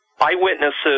eyewitnesses